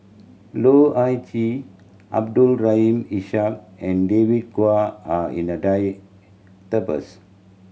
Loh Ah Chee Abdul Rahim Ishak and David Kwo are in the